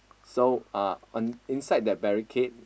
so uh on inside that barricade